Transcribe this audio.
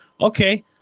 Okay